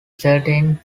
certain